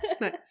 Nice